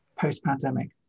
post-pandemic